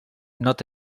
not